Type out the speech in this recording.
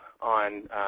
on